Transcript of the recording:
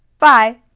bye!